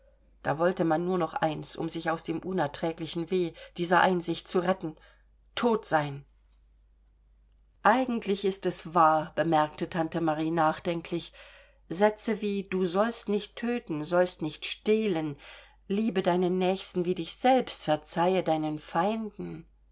da wollte man nur noch eins um sich aus dem unerträglichen weh dieser einsicht zu retten tot sein eigentlich es ist wahr bemerkte tante marie nachdenklich sätze wie du sollst nicht töten sollst nicht stehlen liebe deinen nächsten wie dich selbst verzeihe deinen feinden